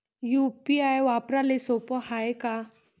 UPI वापराले सोप हाय का?